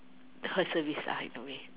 her service lah in a way